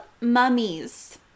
mummies